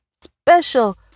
special